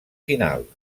final